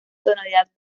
tonalidad